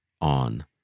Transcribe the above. on